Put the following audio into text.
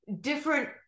different